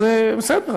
אז בסדר,